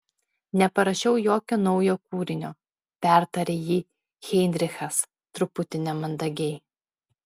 neparašiau jokio naujo kūrinio pertarė jį heinrichas truputį nemandagiai